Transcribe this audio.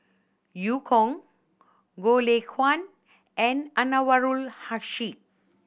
Eu Kong Goh Lay Kuan and Anwarul Haque